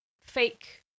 fake